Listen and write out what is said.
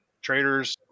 traders